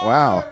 Wow